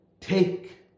take